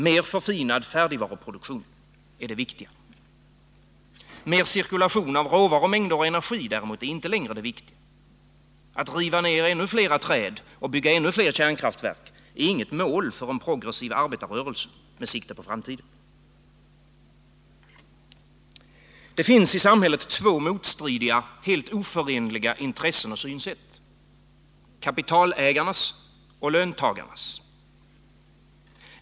Mer förfinad färdigvaruproduktion är det viktiga. Mer cirkulation av råvarumängder och energi däremot är inte längre det viktiga. Att riva ner ännu fler träd och bygga ännu fler kärnkraftverk är inget mål för en progressiv arbetarrörelse med sikte på framtiden. Det finns i samhället två motstridiga, helt oförenliga intressen och synsätt — kapitalägarnas och löntagarnas.